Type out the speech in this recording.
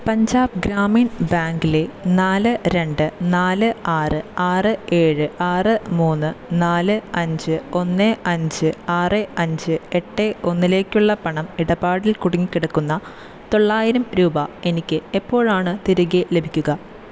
പഞ്ചാബ് ഗ്രാമീൺ ബാങ്കിലെ നാല് രണ്ട് നാല് ആറ് ആറ് ഏഴ് ആറ് മൂന്ന് നാല് അഞ്ച് ഒന്ന് അഞ്ച് ആറ് അഞ്ച് എട്ട് ഒന്നിലേക്കുള്ള പണം ഇടപാടിൽ കുടുങ്ങിക്കിടക്കുന്ന തൊള്ളായിരം രൂപ എനിക്ക് എപ്പോഴാണ് തിരികെ ലഭിക്കുക